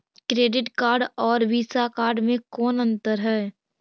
Credit card और Visa card मे कौन अन्तर है?